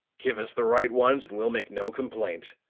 give us the right ones and we'll make no complaint.